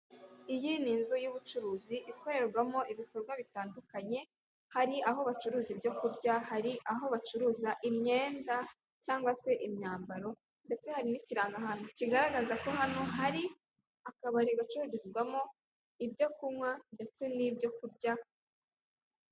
Iyi ni inzu y'ubucuruzi, ikorerwamo ibikorwa bitandukanye, hari aho bacuruza ibyo kurya, hari aho bacuruza imyenda cyangwa se imyambaro ndetse hari n'ikirangahantu kigaragaza ko hano hari akabari gacururizwamo ibyo kunywa ndetse n'ibyo kurya.